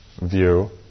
view